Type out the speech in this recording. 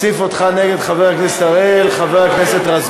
אני מוסיף את חבר הכנסת אראל מרגלית, שמצביע